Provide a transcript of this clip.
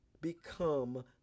become